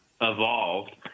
evolved